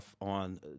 on